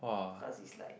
because is like